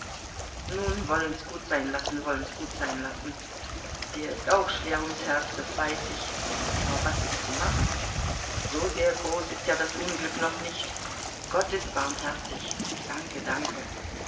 nun wollen's gut sein lassen wollen's gut sein lassen dir ist auch schwer ums herz das weiß ich aber was ist zu machen so sehr groß ist ja das unglück noch nicht gott ist barmherzig danke danke